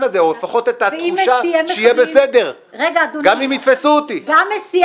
הזה או לפחות את התחושה שיהיה בסדר גם אם יתפסו אותי?